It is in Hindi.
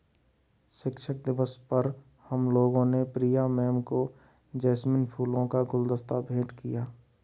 शिक्षक दिवस पर हम लोगों ने प्रिया मैम को जैस्मिन फूलों का गुलदस्ता भेंट किया